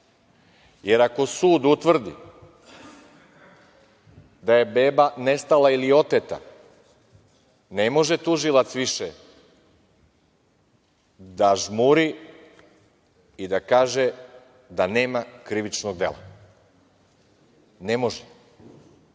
jer ako sud utvrdi da je beba nestala ili oteta ne može tužilac više da žmuri i da kaže nema krivičnog dela. Ne može.